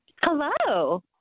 Hello